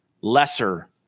lesser